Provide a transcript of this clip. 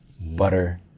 butter